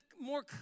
more